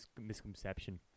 misconception